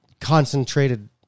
concentrated